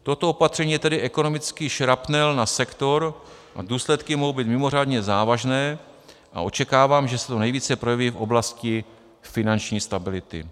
Toto opatření je tedy ekonomický šrapnel na sektor a důsledky mohou být mimořádně závažné a očekávám, že se to nejvíce projeví v oblasti finanční stability.